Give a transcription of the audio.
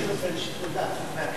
משאיר את זה לשיקול דעת חברי הכנסת.